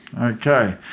Okay